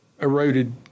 eroded